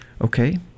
Okay